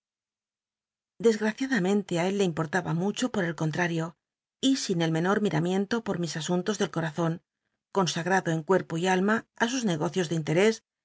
desgraciadamente él le impottaha mucho por el contrario y sin el menor miramiento por mis asuntos de comzon consagado en cuerpo y alma ü sus negocios de interés